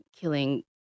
killing